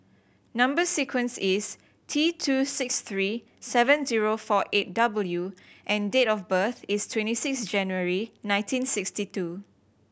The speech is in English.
number sequence is T two six three seven zero four eight W and date of birth is twenty six January nineteen sixty two